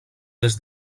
des